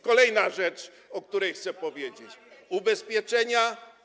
Kolejna rzecz, o której chcę powiedzieć - ubezpieczenia.